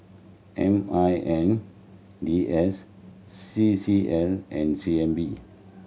M I N D S C C L and C N B